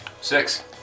Six